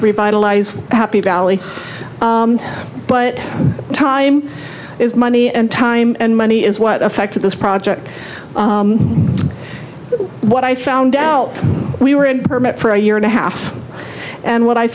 revitalized happy valley but time is money and time and money is what affected this project what i found out we were in permit for a year and a half and what i